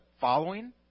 following